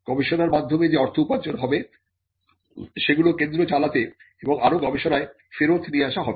গবেষণার মাধ্যমে যে অর্থ উপার্জন হবে সেগুলি কেন্দ্র চালাতে এবং আরো গবেষণায় ফেরত নিয়ে আসা হবে